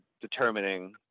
determining